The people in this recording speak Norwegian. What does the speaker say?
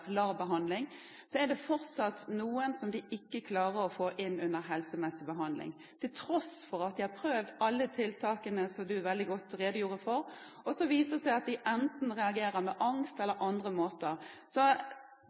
er det fortsatt noen som de ikke klarer å få inn under helsemessig behandling. Til tross for at de har prøvd alle de tiltakene som statsråden redegjorde for, viser det seg at de enten reagerer med angst eller